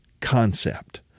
concept